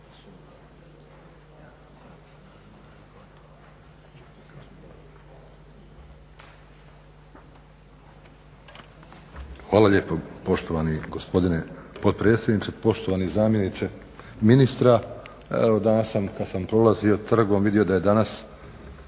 Hvala lijepo poštovani gospodine potpredsjedniče. Poštovani zamjeniče ministra. Evo, danas sam kad sam prolazio trgom vidio da je danas